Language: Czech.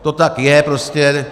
To tak je prostě.